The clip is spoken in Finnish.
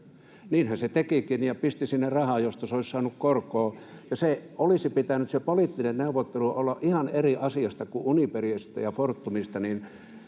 niinhän se tekikin, ja pisti sinne rahaa, josta se olisi saanut korkoa. Ja se poliittinen neuvottelu olisi pitänyt olla ihan eri asioista kuin Uniperista ja Fortumista.